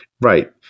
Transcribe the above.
Right